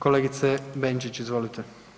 Kolegice Benčić, izvolite.